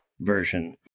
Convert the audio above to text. version